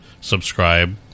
subscribe